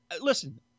listen